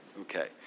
Okay